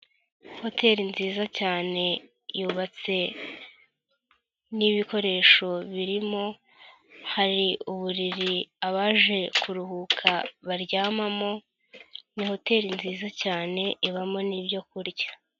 Hoteri nziza cyane yubatse n'ibikoresho birimo, hari uburiri abaje kuruhuka baryamamo, ni hoteri nziza cyane ibamo n'ibyo kurya.